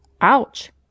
Ouch